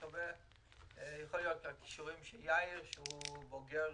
אולי זה בגלל הכישורים של יאיר פינס, שהוא בוגר